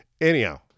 Anyhow